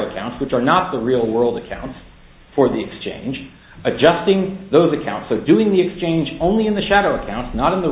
accounts which are not the real world accounts for the exchange adjusting those accounts are doing the exchange only in the shadow accounts not in the